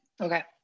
Okay